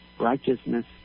Righteousness